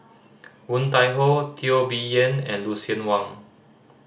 Woon Tai Ho Teo Bee Yen and Lucien Wang